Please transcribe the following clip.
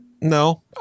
no